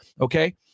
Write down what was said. Okay